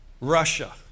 Russia